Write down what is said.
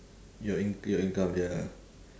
your in~ your income ya ah